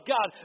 God